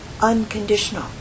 unconditional